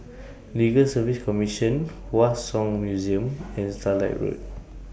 Legal Service Commission Hua Song Museum and Starlight Road